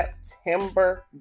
September